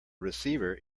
receiver